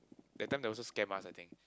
that time they also scam us I think